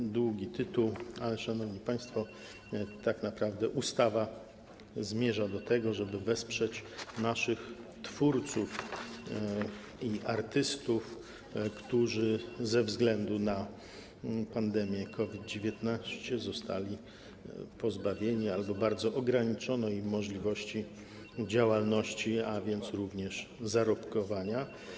Jest to długi tytuł, ale szanowni państwo, tak naprawdę ustawa zmierza do tego, żeby wesprzeć naszych twórców i artystów, którzy ze względu na pandemię COVID-19 zostali pozbawieni albo bardzo ograniczono im możliwość prowadzenia działalności, a więc również zarobkowania.